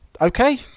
Okay